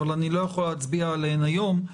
אבל אני לא יכול להצביע עליהן היום,